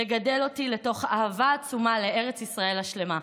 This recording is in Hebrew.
לגדל אותי לתוך אהבה עצומה לארץ ישראל השלמה,